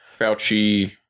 Fauci